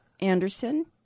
Anderson